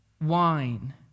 wine